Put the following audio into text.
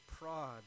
prod